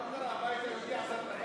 מה קרה?